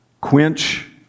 quench